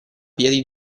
piedi